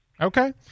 okay